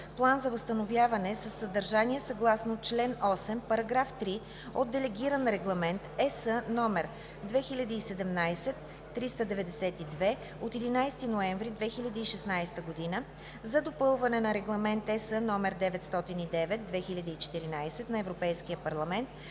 план за възстановяване със съдържание съгласно чл. 8, § 3 от Делегиран регламент (ЕС) № 2017/392 от 11 ноември 2016 г. за допълване на Регламент (ЕС) № 909/2014 на Европейския парламент